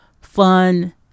fun